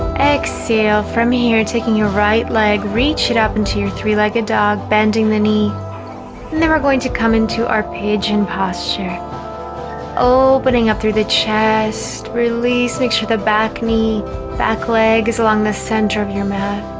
exhale from here taking your right leg reach it up into your three-legged dog bending the knee and then we're going to come into our page and posture opening up through the chest release make sure the back knee back. leg is along the center of your mat,